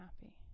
happy